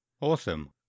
awesome